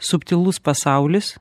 subtilus pasaulis